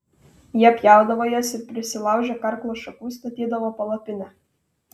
jie pjaudavo jas ir prisilaužę karklo šakų statydavo palapinę